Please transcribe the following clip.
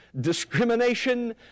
discrimination